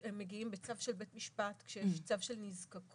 הם מגיעים בצו של בית המשפט, כשיש צו של נזקקות,